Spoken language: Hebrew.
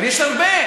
יש הרבה.